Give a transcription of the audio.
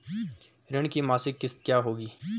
ऋण की मासिक किश्त क्या होगी?